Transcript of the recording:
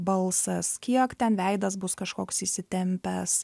balsas kiek ten veidas bus kažkoks įsitempęs